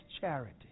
charity